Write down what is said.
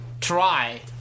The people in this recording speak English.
try